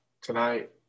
tonight